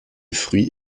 fruit